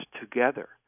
together